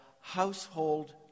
household